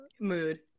Mood